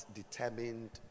determined